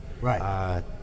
Right